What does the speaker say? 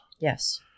Yes